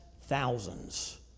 thousands